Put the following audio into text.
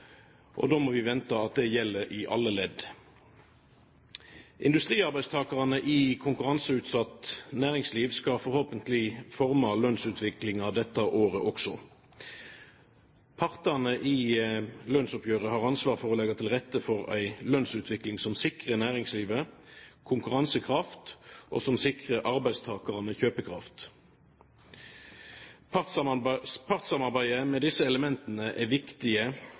og da må vi vente at det gjelder i alle ledd. Industriarbeidstakerne i konkurranseutsatt næringsliv skal forhåpentlig forme lønnsutviklingen dette året også. Partene i lønnsoppgjøret har ansvar for å legge til rette for en lønnsutvikling som sikrer næringslivet konkurransekraft, og som sikrer arbeidstakerne kjøpekraft. Partssamarbeidet med disse elementene er